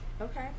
Okay